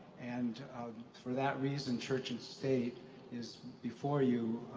and for that reason, church and state is before you,